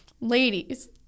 ladies